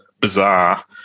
bizarre